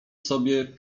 sobie